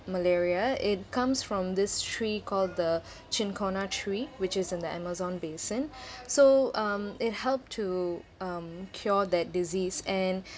malaria it comes from this tree called the chincona tree which is in the amazon basin so um it help to um cure that disease and